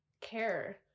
care